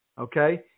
okay